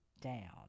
down